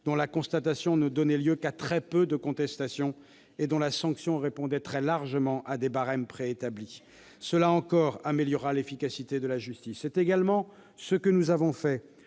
dont la constatation ne donnait lieu qu'à très peu de contestation et dont la sanction répondait très largement à des barèmes préétablis. Cela encore améliorera l'efficacité de la justice. C'est également ce que nous avons fait